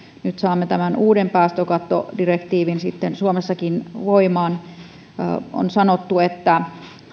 nyt saamme tämän uuden päästökattodirektiivin suomessakin voimaan vaikutusarviointiselvityksessä on sanottu että